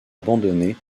abandonnée